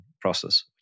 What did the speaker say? process